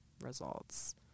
results